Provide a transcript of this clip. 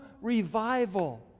revival